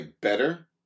better